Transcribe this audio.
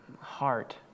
Heart